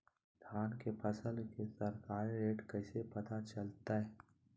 धान के फसल के सरकारी रेट कैसे पता चलताय?